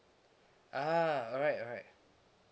ah alright alright